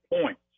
points